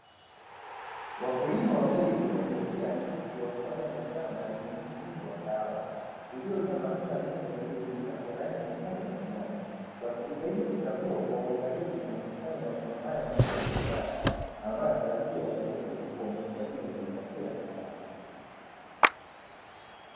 Wakulima wawili wa jinsia ya kike wakiwa ndani ya shamba lenye miti mingi ya kahawa, iliyojaa matunda mengi yaliyoiva ya rangi nyekundu na kijani, wakijitahidi kuchagua kwa uangalifu mazao muhimu ya biashara yanayotarajia kuuzwa kwa ajili ya kujipatia kipato.